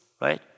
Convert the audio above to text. right